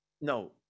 no